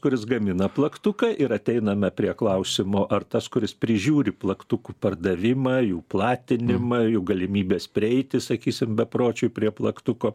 kuris gamina plaktuką ir ateiname prie klausimo ar tas kuris prižiūri plaktukų pardavimą jų platinimą jų galimybes prieiti sakysim bepročiui prie plaktuko